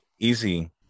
easy